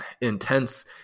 intense